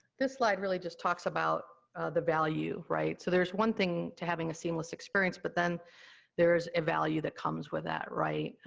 this slide really just talks about the value, right. so there's one thing to having a seamless experience, but then there's a value that comes with that, right?